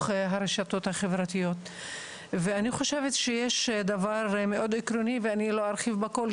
הרשתות החברתיות ואני חושבת שיש דבר מאוד עקרוני ואני לא ארחיב בכל,